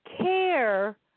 care